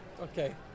Okay